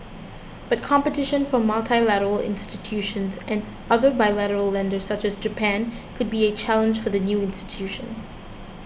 but competition from multilateral institutions and other bilateral lenders such as Japan could be a challenge for the new institution